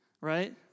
right